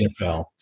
NFL